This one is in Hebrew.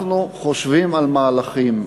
אנחנו חושבים על מהלכים.